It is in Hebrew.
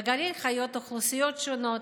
בגליל חיות אוכלוסיות שונות,